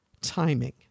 timing